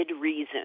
reason